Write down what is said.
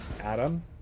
Adam